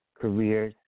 careers